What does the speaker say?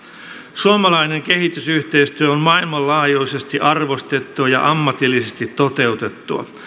suomalainen kehitysyhteistyö on maailmanlaajuisesti arvostettua ja ammatillisesti toteutettua